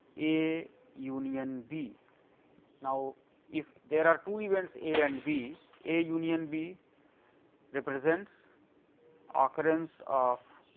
a union b now if there are two events a and b, a a union b represents occurrence of